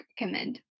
recommend